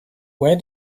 where